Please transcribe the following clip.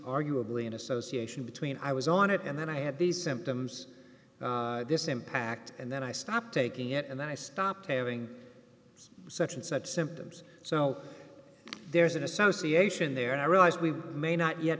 arguably an association between i was on it and then i had these symptoms this impact and then i stopped taking it and then i stopped having such and such symptoms so there's an association there and i realize we may not yet